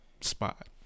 spot